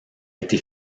été